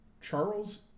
Charles